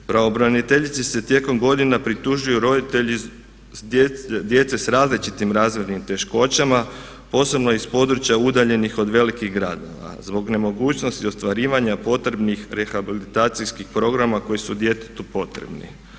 Pravobraniteljici se tijekom godina pritužuju roditelji djece s različitim razvojnim teškoćama, posebno iz područja udaljenih od velikih gradova zbog nemogućnosti ostvarivanja potrebnih rehabilitacijskih programa koji su djetetu potrebni.